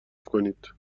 کنید